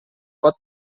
pot